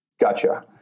Gotcha